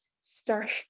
start